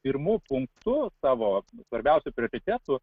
pirmu punktu savo svarbiausiu prioritetu